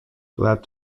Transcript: glad